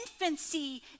infancy